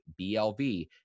BLV